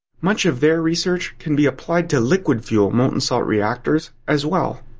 much of their research can be applied to liquid fuel molten salt reactors as well.